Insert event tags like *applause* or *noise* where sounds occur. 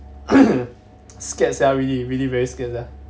*coughs* scared sia really really very scared leh